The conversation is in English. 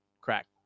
crack